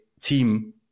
team